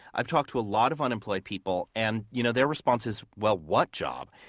i've talked to a lot of unemployed people. and you know their response is well, what job?